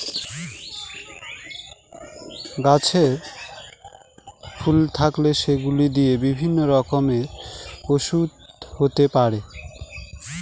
গাছে ফুল থাকলে সেগুলো দিয়ে বিভিন্ন রকমের ওসুখ হতে পারে